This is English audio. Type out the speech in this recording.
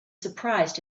surprised